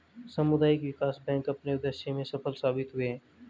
सामुदायिक विकास बैंक अपने उद्देश्य में सफल साबित हुए हैं